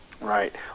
Right